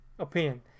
opinion